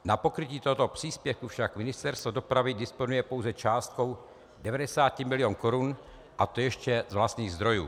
Na pokrytí tohoto příspěvku však Ministerstvo dopravy disponuje pouze částkou 90 mil. Kč, a to ještě z vlastních zdrojů.